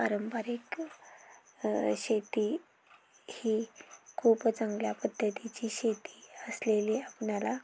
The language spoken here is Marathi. पारंपरिक शेती ही खूप चांगल्या पद्धतीची शेती असलेली आपणाला